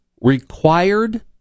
required